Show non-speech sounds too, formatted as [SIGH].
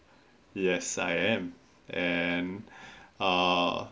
yes I am and [BREATH] uh